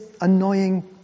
annoying